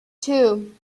two